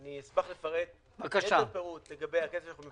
אשמח לפרט ביתר פירוט לגבי הכסף שאנחנו מבקשים עכשיו.